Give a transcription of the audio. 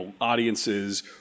audiences